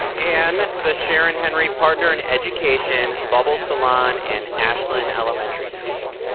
and the sharon henry partner in education, bubbles salon and ashland elementary school.